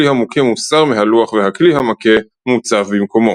הכלי המוכה מוסר מהלוח והכלי המכה מוצב במקומו.